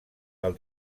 del